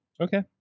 Okay